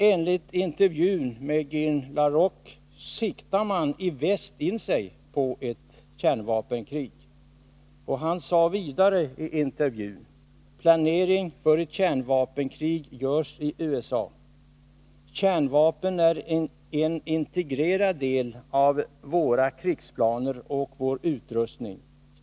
Enligt intervjun med Gene la Roque siktar man i väst in sig på ett kärnvapenkrig. Han sade vidare i intervjun: ”Planering för ett kärnvapenkrig görs i USA. Kärnvapen är en integrerad del av våra krigsplaner och vår utrustning.